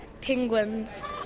Penguins